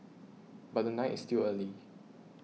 but the night is still early